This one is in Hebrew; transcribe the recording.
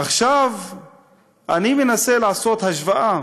עכשיו אני מנסה לעשות השוואה